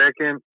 second